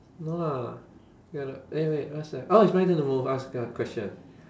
no lah eh wait what's that orh it's my turn to move ask a question